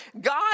God